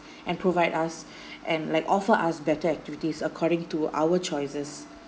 and provide us and like offer us better activities according to our choices